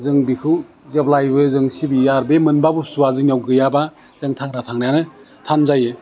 जों बेखौ जेब्लायबो जों सिबियो आरो बे मोनबा बुस्थुआ जोंनियाव गैयाबा जों थांना थांनायानो थान जायो